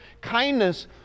Kindness